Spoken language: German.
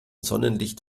sonnenlicht